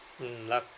mm luck